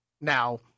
Now